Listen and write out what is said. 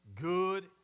good